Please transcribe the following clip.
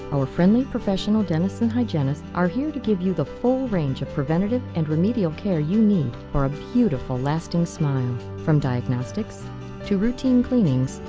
friendly, professional dentists and hygienists are here to give you the full range of preventative and remedial care you need for a beautiful, lasting smile. from diagnostics to routine cleanings,